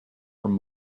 from